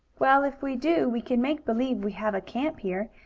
well, if we do, we can make believe we have a camp here,